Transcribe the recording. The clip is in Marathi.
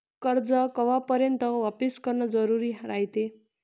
कर्ज कवापर्यंत वापिस करन जरुरी रायते?